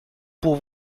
pour